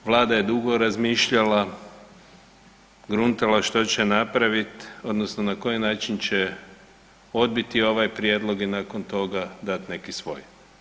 Vlada je dugo razmišljala, gruntala što će napraviti odnosno na koji način će odbiti ovaj prijedlog i nakon toga dati neki svoj.